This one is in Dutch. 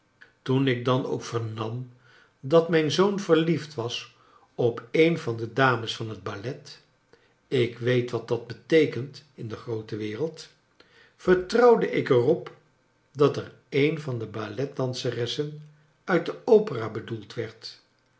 toen ik dan ook vernam dat mijn zoon verliefd was op een van de dames van het ballet ik weet wat dat beteekent in de groote wereld vertrouwde ik er op dat er een van de balletdanseressen uit de opera bedoeld werd